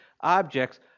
objects